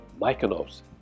Mykonos